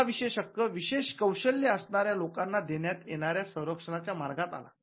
हा विशेष हक्क विशेष कौशल्य असणाऱ्या लोकांना देण्यात येणाऱ्या संरक्षणा च्या मार्गात आला